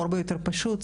הוא הרבה יותר פשוט,